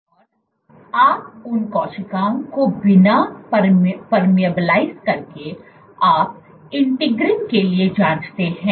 और आप उन कोशिकाओं को बिना परमियाब्लिइज करके आप इंटीग्रिन के लिए जांचते हैं